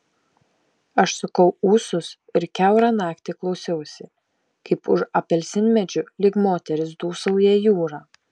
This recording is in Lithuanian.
aš sukau ūsus ir kiaurą naktį klausiausi kaip už apelsinmedžių lyg moteris dūsauja jūra